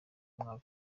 mwaka